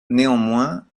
néanmoins